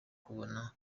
kubona